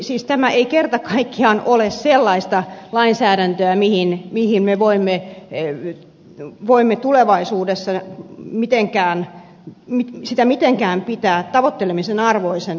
siis tämä ei kerta kaikkiaan ole sellaista lainsäädäntöä mitä me voimme tulevaisuudessa mitenkään pitää tavoittelemisen arvoisena